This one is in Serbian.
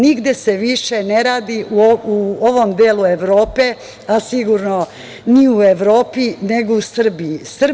Nigde se više ne radi u ovom delu Evrope, a sigurno ni u Evropi, nego u Srbiji.